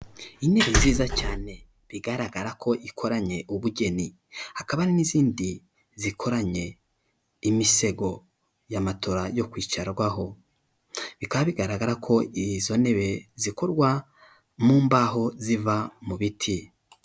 Intebe nziza cyane. Bigaragara ko ikoranye ubugeni. Hakaba hari n'izindi zikoranye imisego ya matora yo kwicarwaho. Bikaba bigaragara ko izo ntebe zikorwa mu mbaho ziva mu biti.